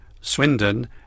Swindon